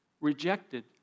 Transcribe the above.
rejected